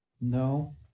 No